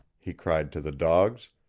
he cried to the dogs,